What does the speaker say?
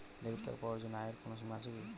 Debit card পাওয়ার জন্য আয়ের কোনো সীমা আছে কি?